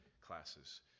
classes